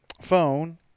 phone